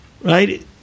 Right